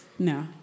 No